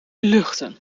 luchten